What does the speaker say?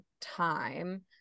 time